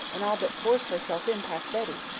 and all but forced herself in past betty,